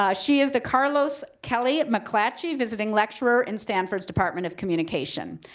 ah she is the carlos kelly mcclatchy visiting lecturer in stanford's department of communication.